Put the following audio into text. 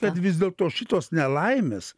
tad vis dėlto šitos nelaimės